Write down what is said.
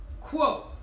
Quote